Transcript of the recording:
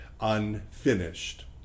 unfinished